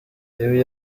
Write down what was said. ibi